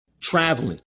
traveling